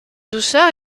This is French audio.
douceur